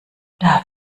darf